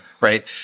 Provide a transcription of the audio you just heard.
right